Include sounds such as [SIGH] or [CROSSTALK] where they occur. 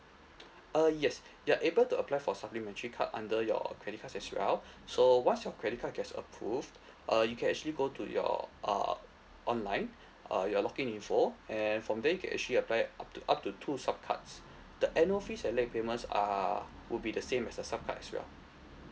uh yes you are able to apply for supplementary card under your credit card as well [BREATH] so once your credit card gets approved [BREATH] uh you can actually go to your uh online [BREATH] uh your log in info and from there you can actually apply up to up to two sub cards the annual fees and late payments are would be the same as the sub cards as well